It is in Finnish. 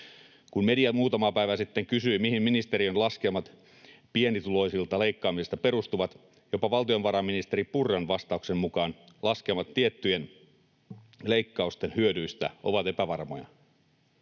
Kun media muutama päivä sitten kysyi, mihin ministeriön laskelmat pienituloisilta leikkaamisesta perustuvat, jopa valtiovarainministeri Purran vastauksen mukaan laskelmat tiettyjen leikkausten hyödyistä ovat epävarmoja.